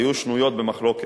היו שנויות במחלוקת.